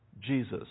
Jesus